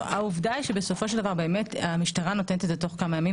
העובדה היא שבסופו של דבר המשטרה נותנת את האישור תוך כמה ימים,